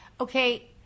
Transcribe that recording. Okay